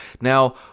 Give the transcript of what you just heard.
now